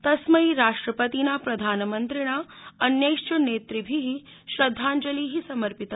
तस्मै राष्ट्रपतिना प्रधानमन्त्रिणा अन्यैश्च नेतृभि श्रद्धाब्जलि समर्पित